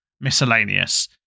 miscellaneous